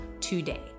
today